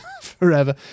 forever